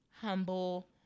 humble